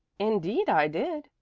indeed i did,